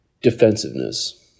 defensiveness